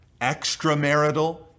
extramarital